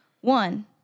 One